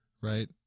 right